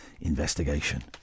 investigation